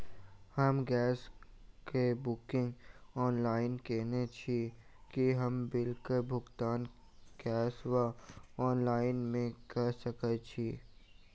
हम गैस कऽ booking online केने छी, की हम बिल कऽ भुगतान कैश वा ऑफलाइन मे कऽ सकय छी?